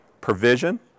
provision